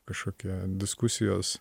kažkokie diskusijos